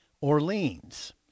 Orleans